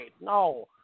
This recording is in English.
No